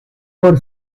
por